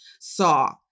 saw